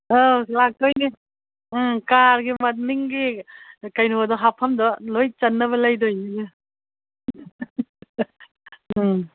ꯑꯧ ꯂꯥꯛꯇꯣꯏꯅꯦ ꯎꯝ ꯀꯥꯔꯒꯤ ꯃꯅꯤꯡꯒꯤ ꯀꯩꯅꯣꯗꯣ ꯍꯥꯞꯐꯝꯗꯣ ꯂꯣꯏ ꯆꯟꯅꯕ ꯂꯩꯗꯣꯏꯅꯤꯅꯦ ꯎꯝ